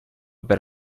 per